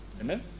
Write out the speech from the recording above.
Amen